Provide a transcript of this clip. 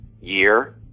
year